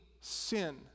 sin